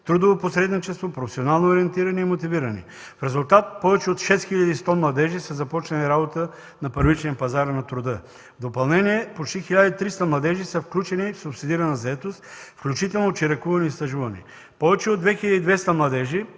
трудово посредничество, професионално ориентиране и мотивиране. В резултат повече от 6100 младежи са започнали работа на първичния пазар на труда. В допълнение, почти 1300 младежи са включени в субсидирана заетост, включително чиракуване и стажуване. Повече от 2200 младежи